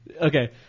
Okay